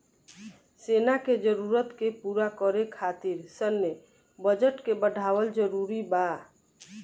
सेना के जरूरत के पूरा करे खातिर सैन्य बजट के बढ़ावल जरूरी बा